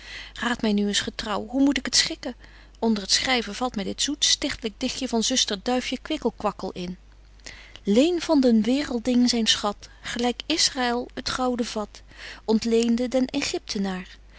raadt my nu eens getrouw hoe moet ik het schikken onder het schryven valt my dit zoet stichtelyk dichtje van zuster duifje kwikkelkwakkel in leen van den wèéreldling zyn schat gelyk israël t gouden vat ontleende den